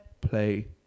play